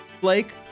Blake